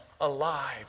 alive